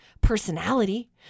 personality